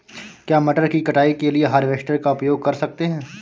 क्या मटर की कटाई के लिए हार्वेस्टर का उपयोग कर सकते हैं?